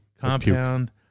Compound